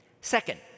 Second